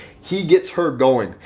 he gets her going,